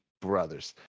brothers